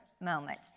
moment